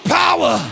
power